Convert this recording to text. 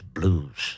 Blues